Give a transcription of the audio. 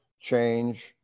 change